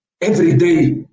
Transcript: everyday